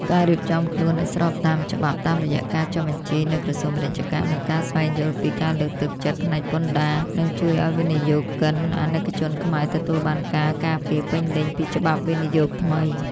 ការរៀបចំខ្លួនឱ្យស្របតាមច្បាប់តាមរយៈការចុះបញ្ជីនៅ ក្រសួងពាណិជ្ជកម្ម និងការស្វែងយល់ពី ការលើកទឹកចិត្តផ្នែកពន្ធដារ នឹងជួយឱ្យវិនិយោគិនអាណិកជនខ្មែរទទួលបានការការពារពេញលេញពីច្បាប់វិនិយោគថ្មី។